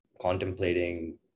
contemplating